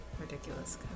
ridiculous